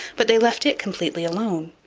but they left it completely alone.